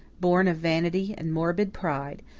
born of vanity and morbid pride,